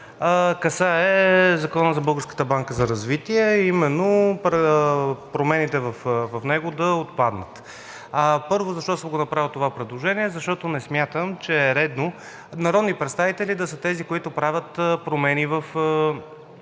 Българската банка за развитие, а именно промените в него да отпаднат. Защо съм направил това предложение? Защото не смятам, че е редно народни представители да са тези, които правят подобни